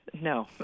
No